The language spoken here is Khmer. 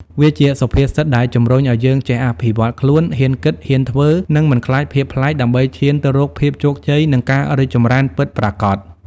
វាជាសុភាសិតដែលជំរុញឱ្យយើងចេះអភិវឌ្ឍខ្លួន ហ៊ានគិត ហ៊ានធ្វើ និងមិនខ្លាចភាពប្លែក ដើម្បីឈានទៅរកភាពជោគជ័យ និងការរីកចម្រើនពិតប្រាកដ។